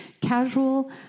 Casual